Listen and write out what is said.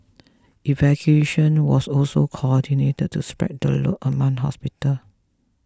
evacuation was also coordinated to spread the load among hospital